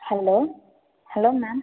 hello hello ma'am